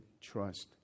trust